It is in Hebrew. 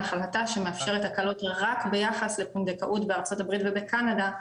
החלטה שמאפשרת הקלות רק ביחס לפונדקאות בארצות הברית ובקנדה,